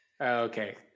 Okay